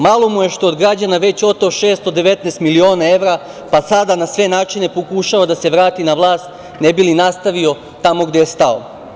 Malo mu je što je od građana već oteo 619 miliona evra, pa sada na sve načine pokušava da se vrati na vlast, ne bi li nastavio tamo gde je stao.